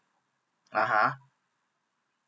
(uh huh)